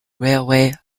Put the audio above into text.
railway